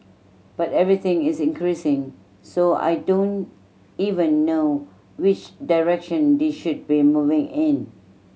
but everything is increasing so I don't even know which direction they should be moving in